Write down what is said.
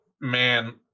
man